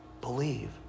believe